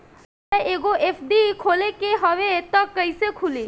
हमरा एगो एफ.डी खोले के हवे त कैसे खुली?